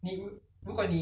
ball ah